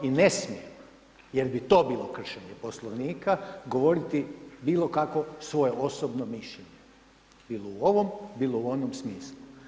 I ne smijem jer bi to bilo kršenje Poslovnika govoriti bilo kakvo svoje osobno mišljenje, bilo u ovom, bilo u onom smislu.